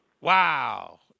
Wow